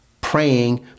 praying